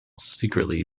secretly